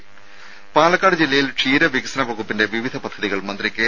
രുര പാലക്കാട് ജില്ലയിൽ ക്ഷീര വികസന വകുപ്പിന്റെ വിവിധ പദ്ധതികൾ മന്ത്രി കെ